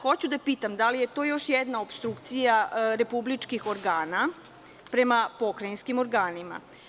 Hoću da pitam da li je to još jedna opstrukcija republičkih organa prema pokrajinskim organima?